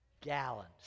gallons